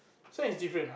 this one is different ah